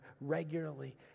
regularly